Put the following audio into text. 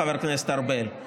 חבר הכנסת ארבל.